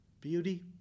beauty